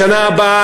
בשנה הבאה,